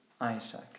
Isaac